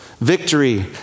victory